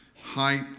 height